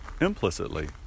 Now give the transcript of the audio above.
implicitly